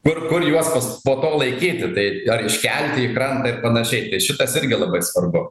kur kur juos po to laikyti tai ar iškelti į krantą ir panašiai tai šitas irgi labai svarbu